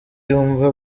yumva